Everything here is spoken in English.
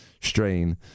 strain